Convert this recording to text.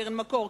קרן מקור,